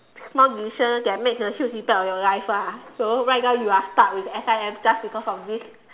small decision that made a huge impact on your life ah so right now you are stuck with S_I_M just because of this